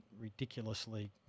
ridiculously